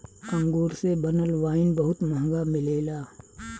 अंगूर से बनल वाइन बहुत महंगा मिलेला